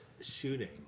shooting